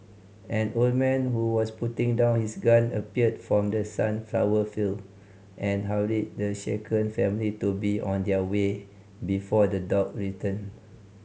an old man who was putting down his gun appeared from the sunflower field and hurried the shaken family to be on their way before the dog return